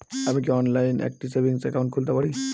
আমি কি অনলাইন একটি সেভিংস একাউন্ট খুলতে পারি?